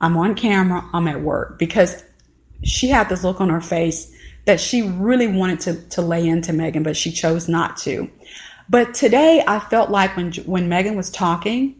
i'm on camera. i'm um at work because she had this look on her face that she really wanted to to lay in to megan, but she chose not to but today i felt like when when megan was talking